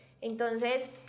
entonces